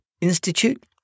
institute